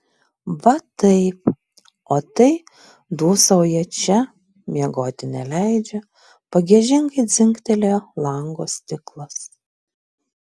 va taip o tai dūsauja čia miegoti neleidžia pagiežingai dzingtelėjo lango stiklas